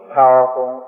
powerful